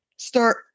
Start